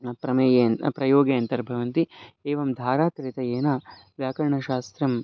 अप्रमेयेन अप्रयोगे अन्तर्भवन्ति एवं धारात्रितयेन व्याकरणशास्त्रम्